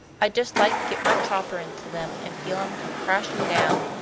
i'd just like to get my chopper into them and feel em come crashing down.